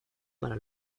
para